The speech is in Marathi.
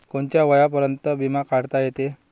कोनच्या वयापर्यंत बिमा काढता येते?